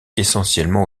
essentiellement